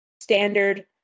standard